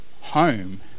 home